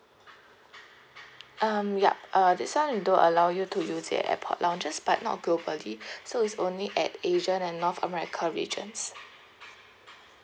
um yup uh this one we do allow you to use at the airport lounge just but not globally so it's only at asia and north america regions